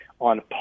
on